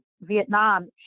Vietnam